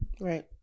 Right